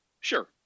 sure